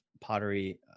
pottery